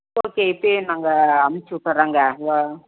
okay இப்பையே நாங்கள் அனுப்பிச்சி விட்டுர்றோங்க அங்கே